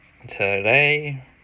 Today